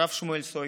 הרב שמואל סויקה,